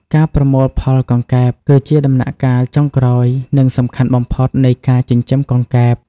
ការប្រមូលផលកង្កែប គឺជាដំណាក់កាលចុងក្រោយ និងសំខាន់បំផុតនៃការចិញ្ចឹមកង្កែប។